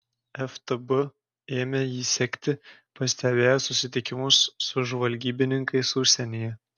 ftb ėmė jį sekti pastebėjo susitikimus su žvalgybininkais užsienyje